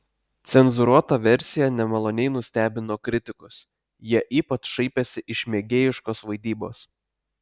cenzūruota versija nemaloniai nustebino kritikus jie ypač šaipėsi iš mėgėjiškos vaidybos